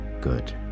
good